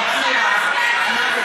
היא אמרה,